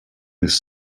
this